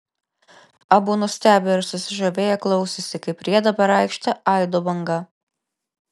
abu nustebę ir susižavėję klausėsi kaip rieda per aikštę aido banga